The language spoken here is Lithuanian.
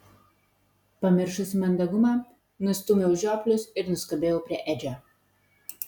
pamiršusi mandagumą nustūmiau žioplius ir nuskubėjau prie edžio